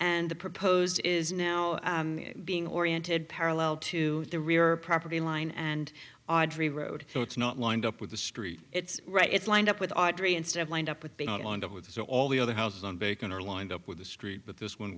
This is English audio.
and the proposed is now being oriented parallel to the rear property line and audrey road so it's not lined up with the street it's right it's lined up with audrey instead of lined up with all the other houses on bacon are lined up with the street but this one